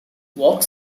walk